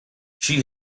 she